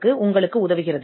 F உங்களுக்கு உதவுகிறது